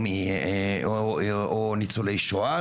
או לפני כן ניצולי שואה,